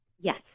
Yes